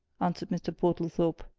answered mr. portlethorpe.